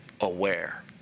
Aware